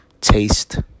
taste